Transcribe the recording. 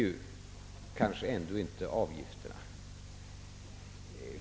Så belastande är väl ändå inte avgifterna.